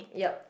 yup